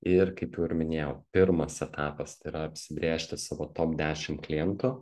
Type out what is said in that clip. ir kaip jau ir minėjau pirmas etapas tai yra apsibrėžti savo top dešim klientų